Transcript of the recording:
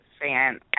fan